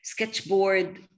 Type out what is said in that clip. sketchboard